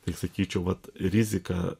tai sakyčiau vat rizika